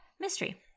Mystery